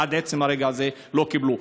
עד עצם הרגע הזה לא קיבלו.